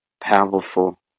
Powerful